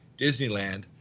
Disneyland